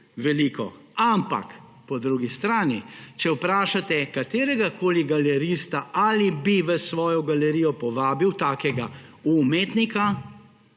veliko. Ampak po drugi strani, če vprašate katerakoli galerista, ali bi v svojo galerijo povabil takega umetnika